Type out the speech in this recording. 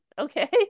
okay